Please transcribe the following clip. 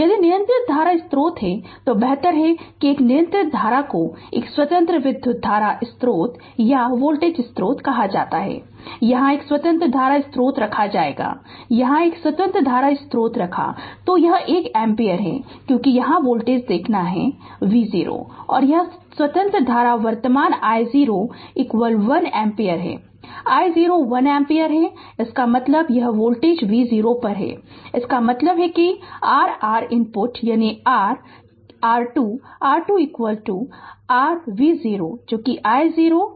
यदि नियंत्रित धारा स्रोत है तो बेहतर है कि एक नियंत्रित धारा को एक स्वतंत्र विधुत धारा स्रोत या वोल्टेज स्रोत कहा जाता है यहां एक स्वतंत्र धारा स्रोत रखा जाएगा यहां एक स्वतंत्र धारा स्रोत रखा जा सकता है तो यह 1 एम्पीयर है क्योंकि यहां वोल्टेज देखना है V0 और यह स्वतंत्र धारा वर्तमान i0 1 एम्पीयर है i0 1 एम्पीयर इसका मतलब है यह वोल्टेज V0 पर है इसका मतलब है कि r R इनपुट यानी r R2 R2 r V0 जोकि i0 i0 1 एम्पीयर लेगा